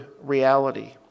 reality